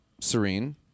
Serene